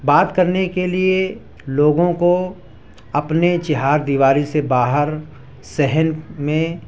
بات کرنے کے لیے لوگوں کو اپنے چار دیواری سے باہر صحن میں